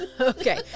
Okay